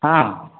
ಹಾಂ